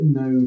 no